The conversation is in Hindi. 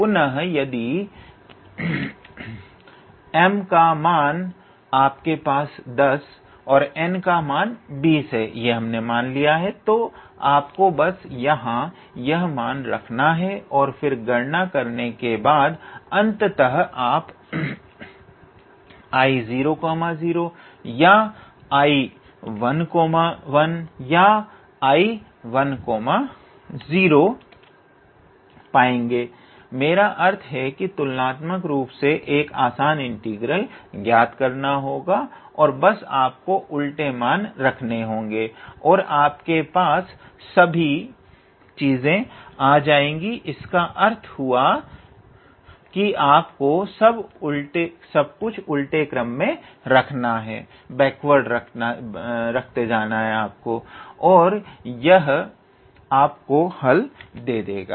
पुनः यदि m का मान आपके पास 10 है और n का मान 20 है तो आपको बस यहां यह मान रखने हैं और फिर गणना करने के बाद अंततः आप 𝐼00 या 𝐼11 या 𝐼10 पाएंगे मेरा अर्थ है कि तुलनात्मक रूप से एक आसान इंटीग्रल ज्ञात करना होगा और बस आपको उल्टे मान रखने होंगे और आपके पास सभी चीजें आ जाएंगी इसका अर्थ हुआ कि आपको सब कुछ उल्टे क्रम में रखना है और यह आपको हल दे देगा